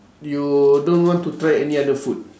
you don't want to try any other food